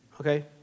Okay